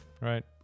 Right